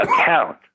account